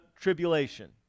tribulation